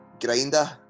grinder